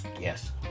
Yes